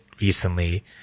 recently